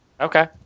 Okay